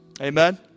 Amen